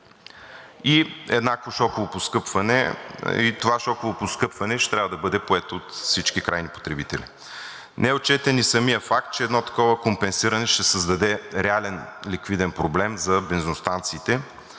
и еднакво шоково поскъпване, и това шоково постъпване ще трябва да бъде поето от всички крайни потребители. Не е отчетен и самият факт, че едно такова компенсиране ще създаде реален ликвиден проблем за собствениците